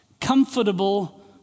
comfortable